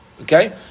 okay